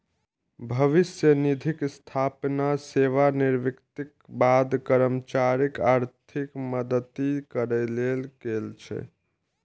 भविष्य निधिक स्थापना सेवानिवृत्तिक बाद कर्मचारीक आर्थिक मदति करै लेल गेल छै